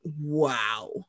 wow